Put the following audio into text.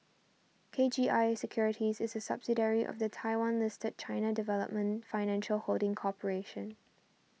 K G I Securities is a subsidiary of the Taiwan listed China Development Financial Holding Corporation